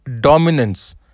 dominance